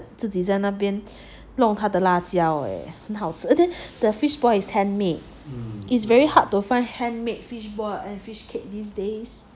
自己在那边弄她的辣椒诶很好吃 then the fishball is handmade is very hard to find handmade fishballs and fishcake these days